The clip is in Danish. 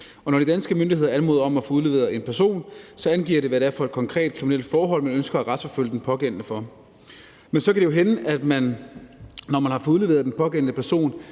når de danske myndigheder anmoder om at få udleveret en person, angives det, hvad det er for et konkret kriminelt forhold, man ønsker at retsforfølge den pågældende for. Men så kan det jo hænde, at man, når man har fået udleveret den pågældende person